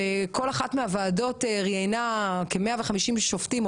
כל אחת מהוועדות ראיינה כ-150 שופטים,